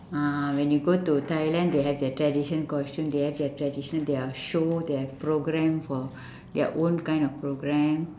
ah when you go to thailand they have their tradition costume they have their tradition they have show they have programme for their own kind of programme